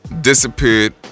disappeared